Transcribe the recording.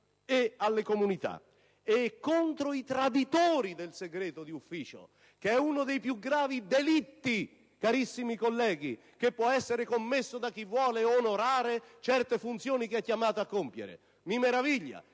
Si deve agire contro i traditori del segreto d'ufficio, che è uno dei più gravi delitti, carissimi colleghi, che può essere commesso da chi vuole onorare certe funzioni che è chiamato a compiere. Mi meraviglia